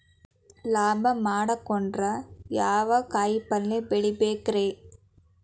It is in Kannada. ಲಾಭ ಮಾಡಕೊಂಡ್ರ ಯಾವ ಕಾಯಿಪಲ್ಯ ಬೆಳಿಬೇಕ್ರೇ?